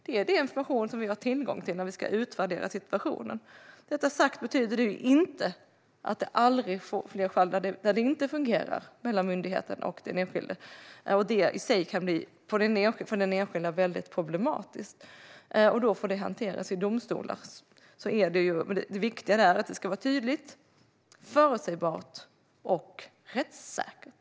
Det är den information som vi har tillgång till när vi ska utvärdera situationen. Detta betyder emellertid inte att det aldrig förekommer fall där det inte fungerar mellan myndigheten och den enskilde. Detta kan bli väldigt problematiskt för den enskilde, och då får det hanteras i domstolar. Det viktiga är att det ska vara tydligt, förutsägbart och rättssäkert.